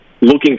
looking